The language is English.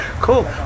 cool